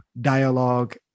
dialogue